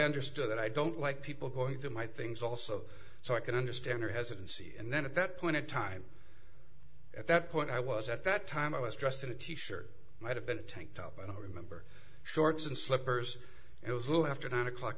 understood that i don't like people going through my things also so i can understand her hesitancy and then at that point in time at that point i was at that time i was dressed in a t shirt might have been a tank top i don't remember shorts and slippers it was a little after nine o'clock